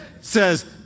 says